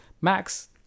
Max